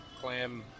clam